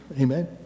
Amen